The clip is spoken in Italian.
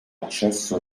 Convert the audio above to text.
accesso